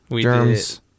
Germs